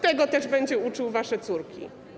Tego też będzie uczył wasze córki.